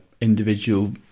individual